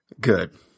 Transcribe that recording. Good